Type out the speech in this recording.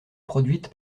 produite